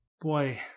Boy